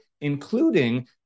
including